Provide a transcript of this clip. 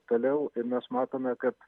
toliau ir mes matome kad